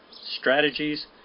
strategies